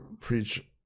preach